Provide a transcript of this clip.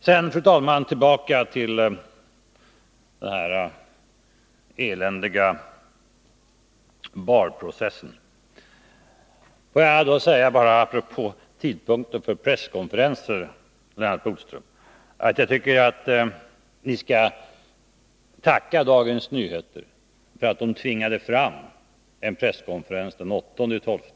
Sedan, fru talman, tillbaka till den eländiga Bahrprocessen: Apropå tidpunkten för presskonferenser vill jag säga, Lennart Bodström, att jag tycker att ni skall tacka Dagens Nyheter för att tidningen tvingade fram en presskonferens den 8 december.